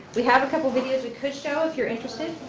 we have a couple videos we could show, if you're interested.